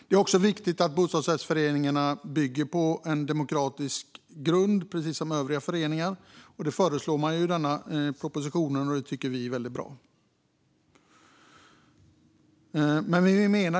Det är också viktigt att bostadsrättsföreningar liksom övriga föreningar bygger på demokratisk grund. Detta föreslås i propositionen, och det tycker vi är väldigt bra.